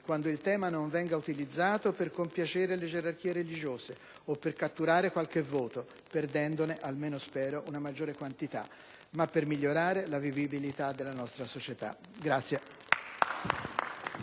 quando il tema non venga utilizzato per compiacere le gerarchie religiose o per catturare qualche voto (perdendone, almeno spero, una maggiore quantità), ma per migliorare la vivibilità della nostra società.